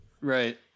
Right